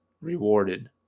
rewarded